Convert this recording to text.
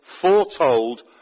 foretold